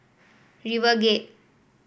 RiverGate